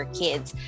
kids